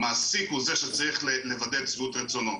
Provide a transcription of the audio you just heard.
המעסיק הוא זה שצריך לבטא את שביעות רצונו.